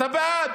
אתה בעד.